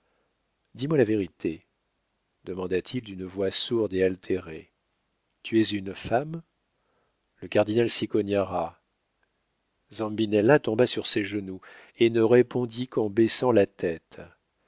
dis-moi la vérité demanda-t-il d'une voix sourde et altérée tu es une femme le cardinal cicognara zambinella tomba sur ses genoux et ne répondit qu'en baissant la tête